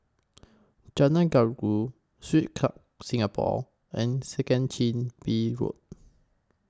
Jalan Gajus Swiss Club Singapore and Second Chin Bee Road